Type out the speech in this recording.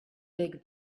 big